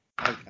Okay